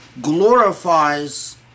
glorifies